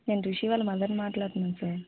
నేను రిషి వాళ్ళ మదర్ని మాట్లడ్తున్నాను సార్